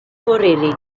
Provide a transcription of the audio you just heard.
foriri